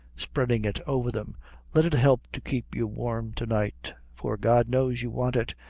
spreading it over them let it help to keep you warm to-night for god knows, you want it,